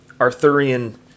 Arthurian